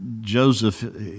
Joseph